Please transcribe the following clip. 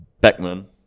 Beckman